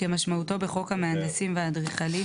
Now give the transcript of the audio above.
כמשמעותו בחוק המהנדסים והאדריכלים,